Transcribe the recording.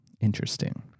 Interesting